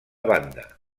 banda